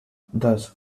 thus